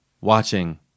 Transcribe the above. watching